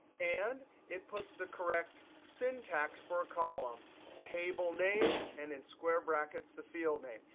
and it puts the correct syntax for a column table name, and in square brackets the field name.